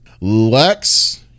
lex